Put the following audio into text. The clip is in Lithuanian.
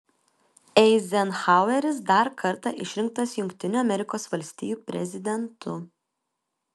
eizenhaueris dar kartą išrinktas jungtinių amerikos valstijų prezidentu